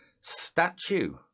statue